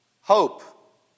hope